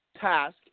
task